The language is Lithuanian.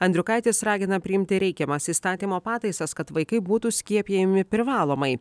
andriukaitis ragina priimti reikiamas įstatymo pataisas kad vaikai būtų skiepijami privalomai